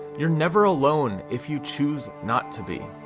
you're never alone if you choose not to be.